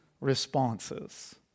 responses